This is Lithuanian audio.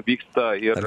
vyksta ir